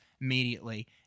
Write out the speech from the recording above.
immediately